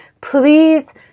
please